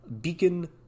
Beacon